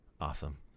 Awesome